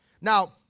Now